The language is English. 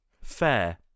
Fair